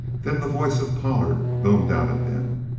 then the voice of pollard boomed out at them